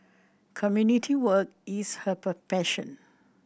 community work is her passion